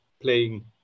playing